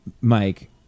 Mike